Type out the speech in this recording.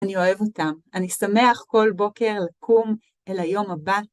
אני אוהב אותם. אני שמח כל בוקר לקום אל היום הבא.